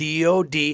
DOD